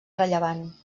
rellevant